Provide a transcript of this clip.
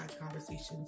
conversations